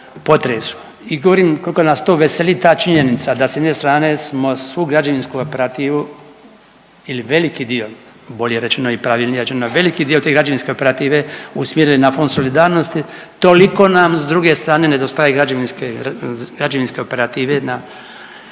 i govorim koliko nas to veseli ta činjenica da s jedne strane smo svu građevinsku operativu ili veliki dio bolje rečeno i pravilnije, znači jedan veliki dio te građevinske usmjeren je na Fond solidarnosti, toliko nam s druge strane nedostaje građevinske operative na